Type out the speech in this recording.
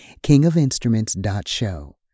kingofinstruments.show